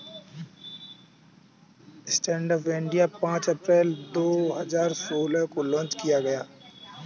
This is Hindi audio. स्टैंडअप इंडिया पांच अप्रैल दो हजार सोलह को लॉन्च किया गया